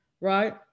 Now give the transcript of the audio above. right